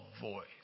voice